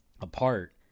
apart